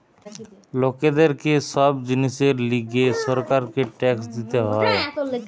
লোকদের কে সব জিনিসের লিগে সরকারকে ট্যাক্স দিতে হয়